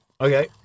Okay